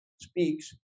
speaks